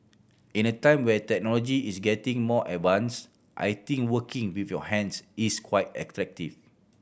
in a time where technology is getting more advanced I think working with your hands is quite attractive